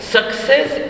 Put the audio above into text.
Success